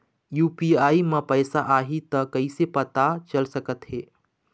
UPI म पैसा आही त कइसे पता चल सकत हे?